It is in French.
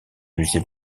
musée